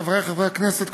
חברי חברי הכנסת,